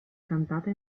cantata